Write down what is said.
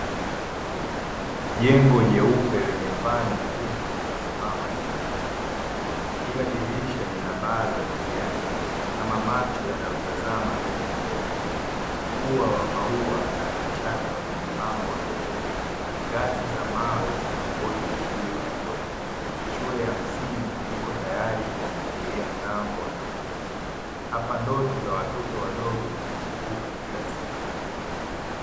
Jengo jeupe lenye paa nyekundu limesimama kimyakimya. Kila dirisha lina baa za kijani kama macho yanayotazama miti mirefu. Huwa wa maua na vichaka umepambwa mbele. Ngazi za mawe zinangoja miguu ya watoto. Shule ya msingi iko tayari kuwafungulia milango wanafunzi. Hapa ndoto za watoto wadogo zinachipuka kila siku.